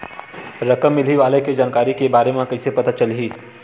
रकम मिलही वाले के जानकारी के बारे मा कइसे पता चलही?